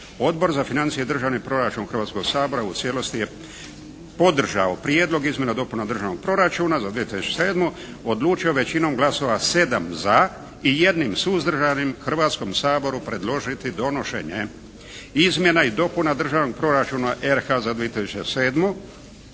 Odbor za financije i državni proračun Hrvatskoga sabora u cijelosti je podržao Prijedlog izmjena i dopuna Državnog proračuna za 2007., odlučio je većinom glasova sa 7 za i 1 suzdržanim Hrvatskom saboru predložiti donošenje Izmjena i dopuna Državnog proračuna Republike